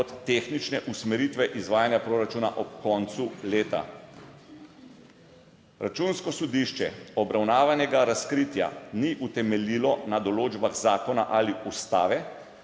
kot tehnične usmeritve izvajanja proračuna ob koncu leta. Računsko sodišče obravnavanega razkritja ni utemeljilo na določbah zakona ali ustave,